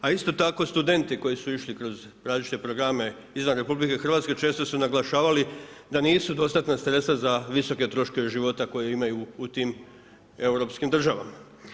A isto tako studenti koji su išli kroz različite programe izvan RH često su naglašavali da nisu dostatna sredstva za visoke troškove života koje imaju u tim europskim državama.